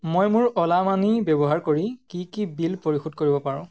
মই মোৰ অ'লা মানি ব্যৱহাৰ কৰি কি কি বিল পৰিশোধ কৰিব পাৰোঁ